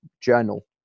journal